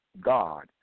God